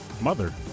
Mother